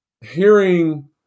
hearing